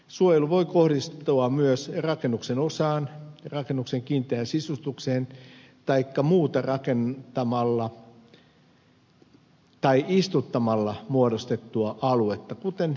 suojelu voi kohdistua myös rakennuksen osaan rakennuksen kiinteään sisustukseen taikka muuhun rakentamalla tai istuttamalla muodostettuun alueeseen kuten siis puistoon